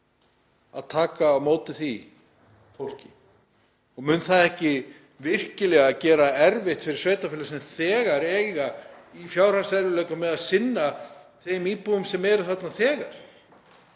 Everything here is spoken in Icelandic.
að taka á móti því fólki? Mun það ekki virkilega valda erfiðleikum fyrir sveitarfélög sem þegar eiga í fjárhagserfiðleikum við að sinna þeim íbúum sem eru þar nú þegar?